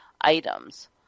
items